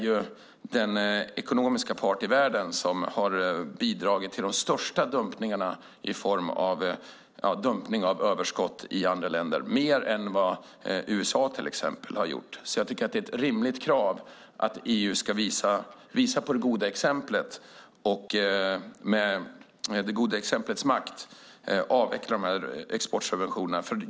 EU är den ekonomiska part i världen som är skyldig till de största dumpningarna av överskott i andra länder, mer än USA till exempel. Det är därför ett rimligt krav att EU föregår med gott exempel och avvecklar exportsubventionerna.